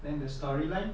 then the storyline